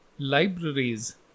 Libraries